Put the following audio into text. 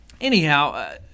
Anyhow